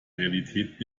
realität